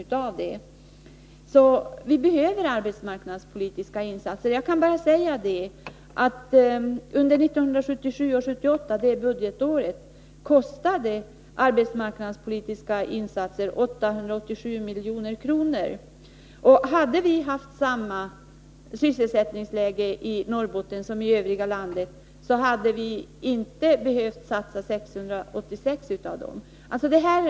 Därför behöver vi nu arbetsmarknadspolitiska insatser. Under budgetåret 1977/78 kostade de arbetsmarknadspolitiska insatserna 887 milj.kr. Hade vi haft samma sysselsättningsläge i Norrbotten som i övriga landet hade 686 av dem inte behövt satsas.